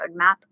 roadmap